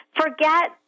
forget